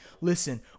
listen